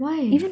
why